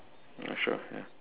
ya sure ya